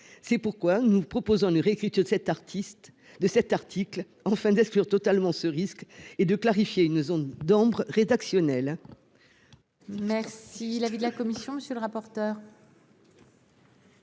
C'est pourquoi nous proposons une réécriture de cet article afin d'exclure totalement ce risque et de clarifier une zone d'ombre rédactionnelle. Quel est l'avis de la commission ? Madame de Marco,